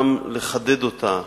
לחדד אותה